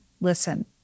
listen